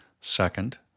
Second